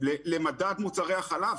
למדד מוצרי החלב.